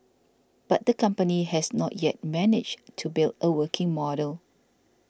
but the company has not yet managed to build a working model